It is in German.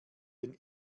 den